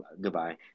goodbye